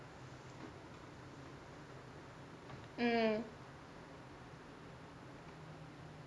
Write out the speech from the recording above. mm